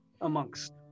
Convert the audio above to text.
amongst